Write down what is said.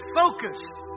focused